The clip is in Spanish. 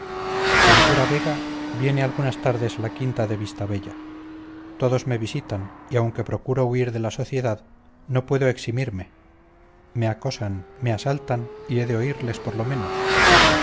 ventura vega viene algunas tardes a la quinta de vistabella todos me visitan y aunque procuro huir de la sociedad no puedo eximirme me acosan me asaltan y he de oírles por lo menos